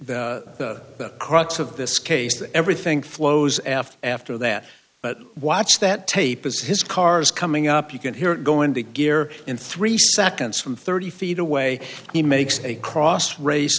the crux of this case that everything flows after after that but watch that tape as his car's coming up you can hear it go into gear in three seconds from thirty feet away he makes a cross race